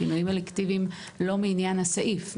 פינויים אלקטיביים לא מעניין הסעיף.